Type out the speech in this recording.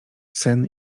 sen